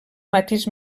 matís